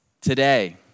today